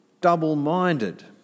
double-minded